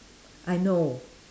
I know